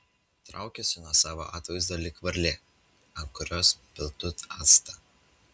traukiuosi nuo savo atvaizdo lyg varlė ant kurios piltų actą